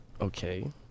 okay